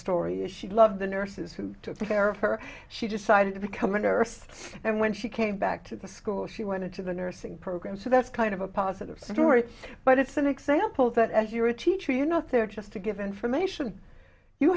story is she love the nurses who took care of her she decided to become an earth and when she came back to the school she went to the nursing program so that's kind of a positive story but it's an example that as you're a teacher you're not there just to give information you